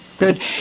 good